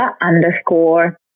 underscore